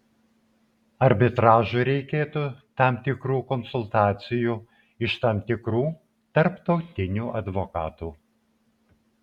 arbitražui reikėtų tam tikrų konsultacijų iš tam tikrų tarptautinių advokatų